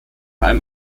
einem